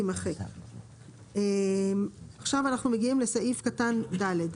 תימחק, סעיף קטן (ד)